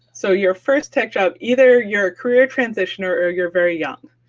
so your first tech job, either you're a career transitioner, or you're very young.